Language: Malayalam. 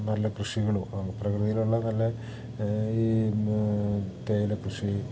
നല്ല കൃഷികളും പ്രകൃതിയിലുള്ള നല്ല ഈ തേയിലക്കൃഷി